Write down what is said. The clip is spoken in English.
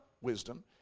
wisdom